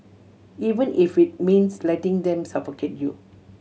even if it means letting them suffocate you